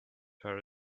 her